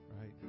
Right